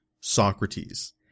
Socrates